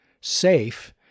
safe